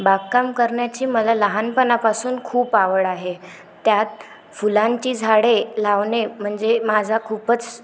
बागकाम करण्याची मला लहानपणापासून खूप आवड आहे त्यात फुलांची झाडे लावणे म्हणजे माझा खूपच